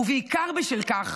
ובעיקר בשל כך,